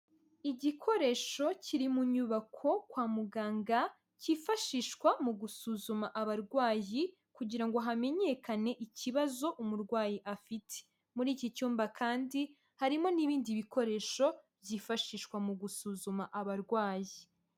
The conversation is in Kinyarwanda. Igikoresho kiri mu nyubako kwa muganga cyifashishwa mu gusuzuma abarwayi kugira ngo hamenyekane ikibazo umurwayi afite. Muri iki cyumba kandi harimo n'ibindi bikoresho byifashishwa mu gusuzuma abarwayi.